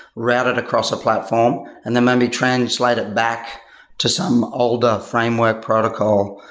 route it across a platform and then maybe translate it back to some older framework protocol.